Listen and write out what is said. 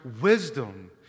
wisdom